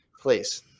please